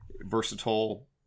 versatile